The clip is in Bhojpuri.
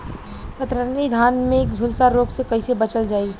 कतरनी धान में झुलसा रोग से कइसे बचल जाई?